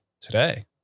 today